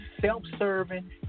self-serving